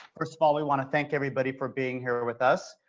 first of all, we want to thank everybody for being here with us.